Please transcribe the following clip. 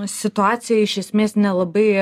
situacija iš esmės nelabai